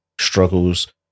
struggles